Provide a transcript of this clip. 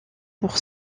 pour